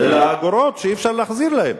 אלה האגורות שאי-אפשר להחזיר להם.